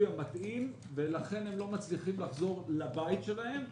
המתאים ולכן הם לא מצליחים לחזור לבית שלהם,